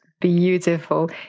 beautiful